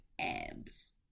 abs